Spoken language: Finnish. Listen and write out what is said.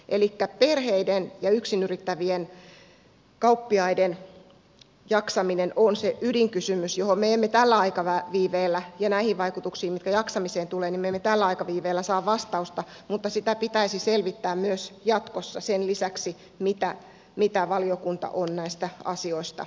elikkä perheiden ja yksin yrittävien kauppiaiden jaksaminen ja nämä vaikutukset mitä jaksamiseen tulee on se ydinkysymys johon me emme täällä aika vähän viiveellä ja näihin vaikutuksiin jaksamiseen tulee meille tällä aikaviiveellä saa vastausta mutta sitä pitäisi selvittää myös jatkossa sen lisäksi mitä valiokunta on näistä asioista linjannut